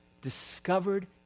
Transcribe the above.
discovered